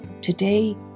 Today